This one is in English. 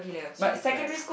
chili crab